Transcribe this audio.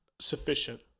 sufficient